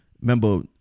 remember